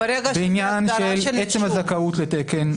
בעניין של עצם הזכאות לתקן,